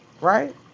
right